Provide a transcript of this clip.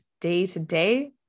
day-to-day